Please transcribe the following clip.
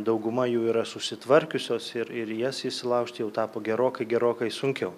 dauguma jų yra susitvarkiusios ir ir į jas įsilaužti jau tapo gerokai gerokai sunkiau